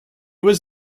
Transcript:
was